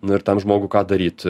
nu ir tam žmogui ką daryt